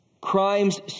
crimes